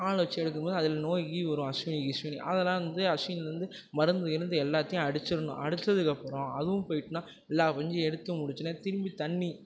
ஆள் வச்சு எடுக்கும்போது அதில் நோய் கீய் வரும் அஸ்வினி கிஸ்வினி அதெல்லாம் வந்து அஸ்வினி வந்து மருந்து கிருந்து எல்லாத்தையும் அடிச்சுடணும் அடிச்சதுக்கப்புறம் அதுவும் போய்ட்டுன்னா எல்லா பஞ்சையும் எடுத்து முடிச்சவொடனே திரும்பி தண்ணி